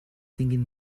tinguin